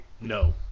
No